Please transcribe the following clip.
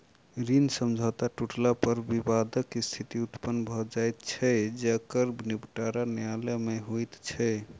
ऋण समझौता टुटला पर विवादक स्थिति उत्पन्न भ जाइत छै जकर निबटारा न्यायालय मे होइत छै